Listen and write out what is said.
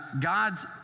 God's